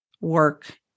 work